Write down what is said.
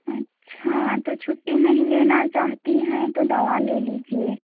अच्छा तो छुट्टी नहीं लेना चाहती हैं तो दवा ले लीजिए